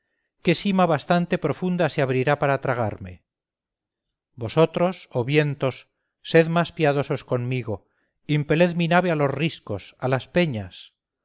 qué sima bastante profunda se abrirá para tragarme vosotros oh vientos sed más piadosos conmigo impeled mi nave a los riscos a las peñas